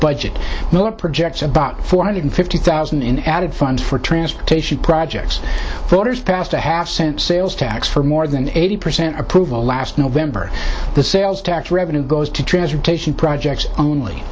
miller projects about four hundred fifty thousand in added funds for transportation projects voters passed a half cent sales tax for more than eighty percent approval last november the sales tax revenue goes to transportation projects only